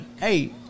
hey